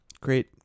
great